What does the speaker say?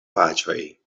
paĝoj